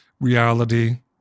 reality